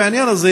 בזה,